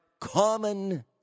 common